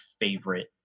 favorite